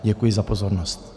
Děkuji za pozornost.